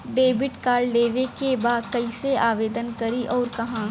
Debit card लेवे के बा कइसे आवेदन करी अउर कहाँ?